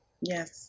Yes